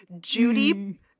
Judy